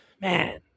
man